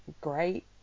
great